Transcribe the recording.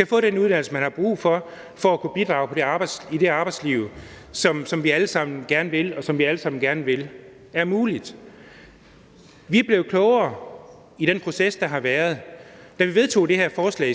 og få den uddannelse, man har brug for, for at kunne bidrage i arbejdslivet, hvilket vi allesammen gerne vil, og hvilket vi alle sammen gerne vil have er muligt. Vi er blevet klogere i den proces, der har været. Da vi i sin tid vedtog det her forslag,